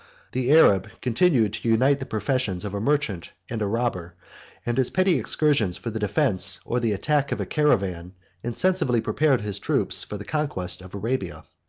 the arab continued to unite the professions of a merchant and a robber and his petty excursions for the defence or the attack of a caravan insensibly prepared his troops for the conquest of arabia.